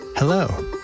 Hello